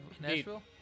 Nashville